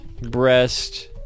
Breast